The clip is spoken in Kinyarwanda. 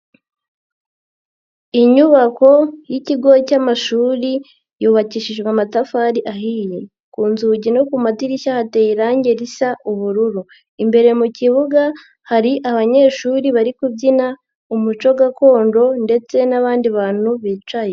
Inyubako y'ikigo cy'amashuri yubakishijwe amatafari ahiye, ku nzugi no ku madirishya hateye irangi risa ubururu, imbere mu kibuga hari abanyeshuri bari kubyina umuco gakondo ndetse n'abandi bantu bicaye.